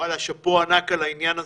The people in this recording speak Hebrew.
שאפו ענק על העניין הזה,